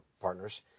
partners